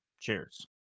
Cheers